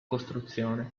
costruzione